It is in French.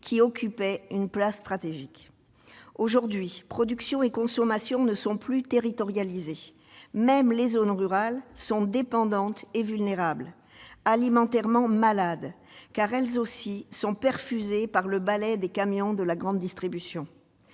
qui occupait une place stratégique. Aujourd'hui, production et consommation ne sont plus territorialisées ; même les zones rurales sont dépendantes et vulnérables, « alimentairement malades », car elles aussi sont perfusées par le ballet des camions de la grande distribution.